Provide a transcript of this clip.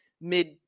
mid